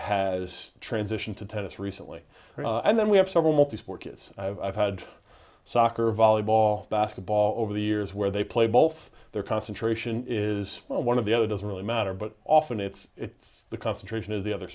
a transition to tennis recently and then we have several multi sport has had soccer volleyball basketball over the years where they play both their concentration is one of the other doesn't really matter but often it's it's the concentration is the other